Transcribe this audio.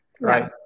right